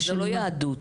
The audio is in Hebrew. זו לא יהדות.